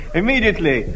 immediately